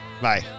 Bye